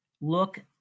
look